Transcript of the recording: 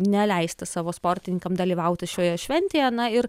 neleisti savo sportininkam dalyvauti šioje šventėje na ir